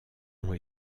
ont